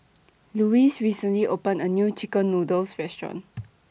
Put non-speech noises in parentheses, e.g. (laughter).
Lewis recently opened A New Chicken Noodles Restaurant (noise)